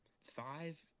Five